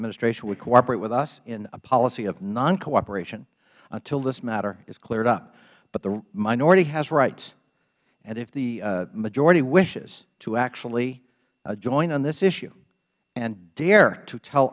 administration would cooperate with us in a policy of noncooperation until this matter is cleared up but the minority has rights and if the majority wishes to actually join on this issue and dare to tell